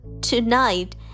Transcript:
Tonight